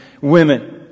women